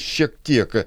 šiek tiek